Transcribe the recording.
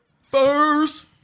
first